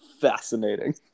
fascinating